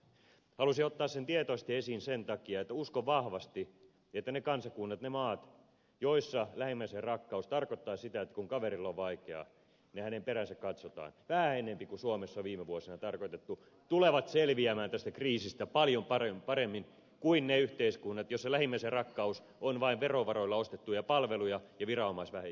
halusin ottaa sen tietoisesti esiin sen takia että uskon vahvasti että ne kansakunnat ne maat joissa lähimmäisenrakkaus tarkoittaa sitä että kun kaverilla on vaikeaa niin hänen peräänsä katsotaan vähän enempi kuin suomessa viime vuosina tarkoitettu tulevat selviämään tästä kriisistä paljon paremmin kuin ne yhteiskunnat joissa lähimmäisenrakkaus on vain verovaroilla ostettuja palveluja ja viranomaisvälittämistä